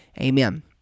Amen